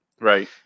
Right